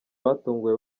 batunguwe